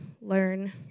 learn